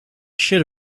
should